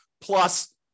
plus